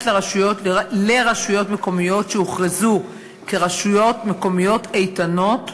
לרשויות מקומיות שהוכרזו כרשויות מקומיות איתנות,